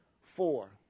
Four